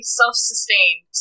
self-sustained